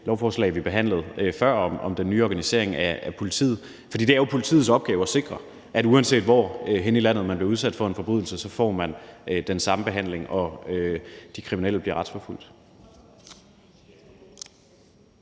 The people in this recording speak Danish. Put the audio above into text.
lovforslag, vi behandlede før, om den nye organisering af politiet. For det er jo politiets opgave at sikre, at man, uanset hvorhenne i landet man bliver udsat for en forbrydelse, så får den samme behandling, og at de kriminelle bliver retsforfulgt.